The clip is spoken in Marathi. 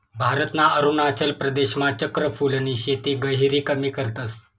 भारतना अरुणाचल प्रदेशमा चक्र फूलनी शेती गहिरी कमी करतस